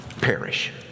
perish